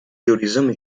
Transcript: tourism